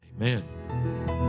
Amen